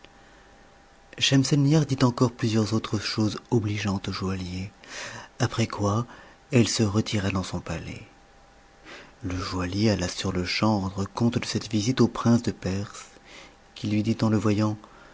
nuit schemselnihardit encore plusieurs autres choses obligeantes au joaillier après quoi elle se retira dans son palais le joaillier alla sur-le-champ rendre compte de cette visite au prince de perse qui lui dit en le voyant